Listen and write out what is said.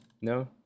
no